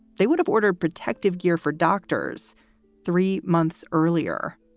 they would have ordered protective gear for doctors three months earlier.